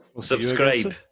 Subscribe